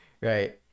Right